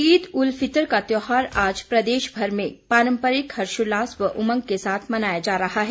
ईद उल फितर का त्यौहार आज प्रदेशमर में पारम्परिक हर्षोल्लास व उमंग के साथ मनाया जा रहा है